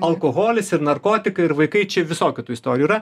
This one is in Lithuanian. alkoholis ir narkotikai ir vaikai čia visokių tų istorijų yra